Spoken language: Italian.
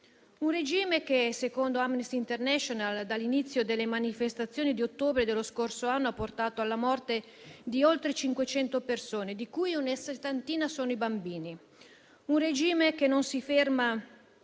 regime, secondo Amnesty International, dall'inizio delle manifestazioni di ottobre dello scorso anno ha portato alla morte di oltre 500 persone, di cui una settantina sono bambini. È un regime che non si ferma